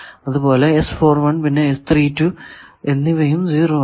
അതുപോലെ പിന്നെ എന്നിവയും 0 ആണ്